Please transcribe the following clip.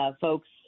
folks